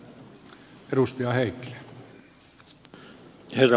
herra puhemies